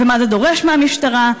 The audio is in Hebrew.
ומה זה דורש מהמשטרה?